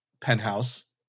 penthouse